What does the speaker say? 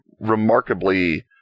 remarkably